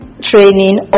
training